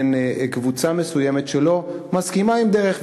בין קבוצה מסוימת שלא מסכימה לדרך,